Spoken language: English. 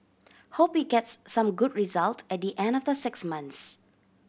hope it gets some good result at the end of the six months